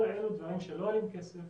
כל אלו דברים שלא עולים כסף,